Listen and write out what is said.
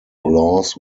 laws